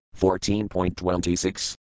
14.26